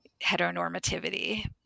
heteronormativity